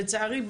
לצערי,